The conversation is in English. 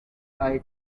eye